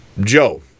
Joe